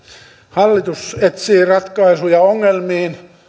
hallitus etsii ratkaisuja ongelmiin